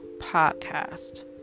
podcast